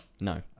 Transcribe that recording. No